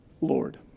Lord